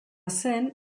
zen